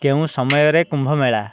କେଉଁ ସମୟରେ କୁମ୍ଭମେଳା